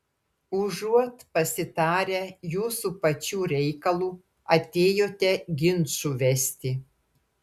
užuot pasitarę jūsų pačių reikalu atėjote ginčų vesti